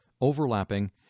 overlapping